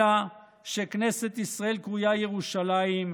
אלא שכנסת ישראל קרויה ירושלים.